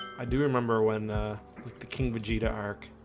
i do remember when the king vegeta arc